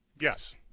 Yes